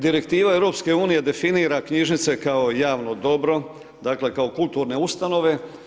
Direktiva EU definira knjižnice kao javno dobro, dakle kao kulturne ustanove.